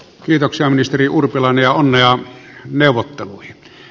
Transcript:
kiitoksia ministeri urpilainen ja onnea neuvotteluihin